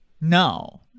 No